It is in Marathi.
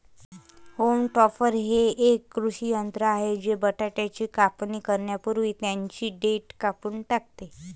होल्म टॉपर हे एक कृषी यंत्र आहे जे बटाट्याची कापणी करण्यापूर्वी त्यांची देठ कापून टाकते